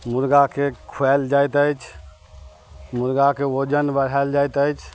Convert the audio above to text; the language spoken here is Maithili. मुर्गाके खुआएल जाइत अछि मुर्गाके वजन बढ़ाएल जाइत अछि